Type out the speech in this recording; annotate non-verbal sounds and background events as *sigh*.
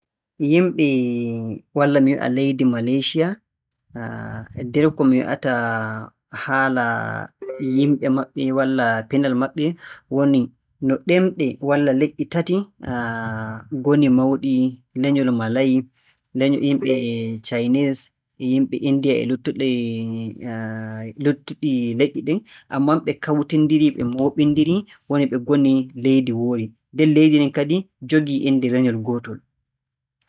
Yimɓe walla mi wi'a leydi Maleesiya, nder ko mi wi'ata haala yimɓe mabbe, walla pinal maɓɓe woni no ɗemɗe walla leƴƴi tati ngoni mawɗi, lenyol Malay, leny- nden yimɓe 'Chinese' e yimɓe Inndiya *hesitation* e luttuɗe- *hesitation* luttuɗi leƴƴi ɗin, ammaa ɓe kawtindirii, ɓe mooɓindirii, ɓe ngonii leydi woori. Nden leydi ndin kadi jogii innde lenyol ngootol.